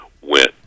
went